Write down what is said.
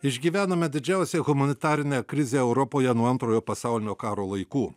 išgyvenome didžiausią humanitarinę krizę europoje nuo antrojo pasaulinio karo laikų